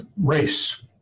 race